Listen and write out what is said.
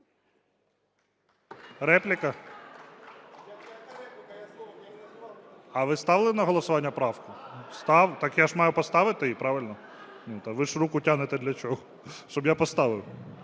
Репліка? А ви ставили на голосування правку? Так я ж маю поставити її, правильно? Ви ж руку тягнете для чого: щоб я поставив.